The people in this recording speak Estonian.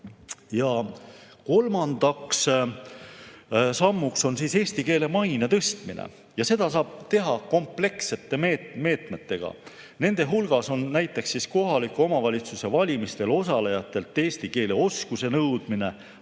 Ja kolmandaks sammuks on eesti keele maine tõstmine. Seda saab teha komplekssete meetmetega. Nende hulgas on näiteks kohaliku omavalitsuse valimistel osalejatelt eesti keele oskuse nõudmine,